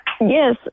Yes